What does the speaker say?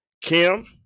Kim